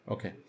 Okay